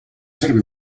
servir